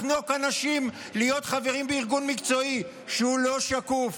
לחנוק אנשים להיות חברים בארגון מקצועי שהוא לא שקוף,